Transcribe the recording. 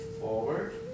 forward